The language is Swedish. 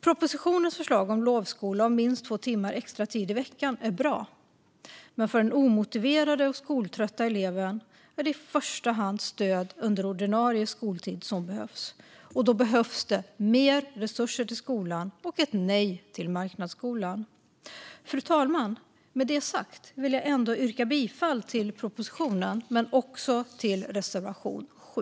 Propositionens förslag om lovskola och minst två timmar extra tid i veckan är bra, men för den omotiverade och skoltrötta eleven är det i första hand stöd under ordinarie skoltid som behövs. Då behövs mer resurser till skolan och ett nej till marknadsskolan. Fru talman! Med detta sagt vill jag ändå yrka bifall till propositionen men också till reservation 7.